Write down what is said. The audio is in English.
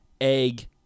egg